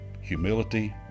Humility